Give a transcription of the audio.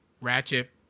ratchet